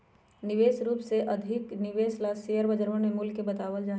विशेष रूप से अधिक निवेश ला शेयर बजरवन में मूल्य बतावल जा हई